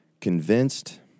convinced